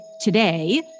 today